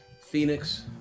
Phoenix